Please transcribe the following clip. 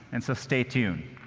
and so, stay tuned.